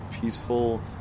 peaceful